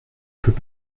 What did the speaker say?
peut